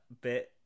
bit